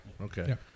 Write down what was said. Okay